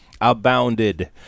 abounded